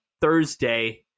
Thursday